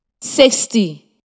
sixty